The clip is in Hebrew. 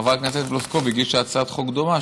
חברת הכנסת פלוסקוב הגישה הצעת חוק דומה,